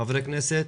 חברי הכנסת.